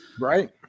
Right